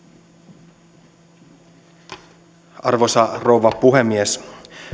arvoisa rouva puhemies